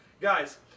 guys